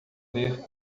ler